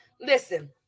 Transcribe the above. Listen